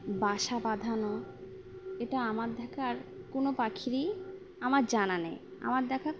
বাসা বাঁধানো এটা আমার দেখার কোনো পাখিরই আমার জানা নেই আমার দেখার